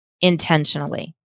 intentionally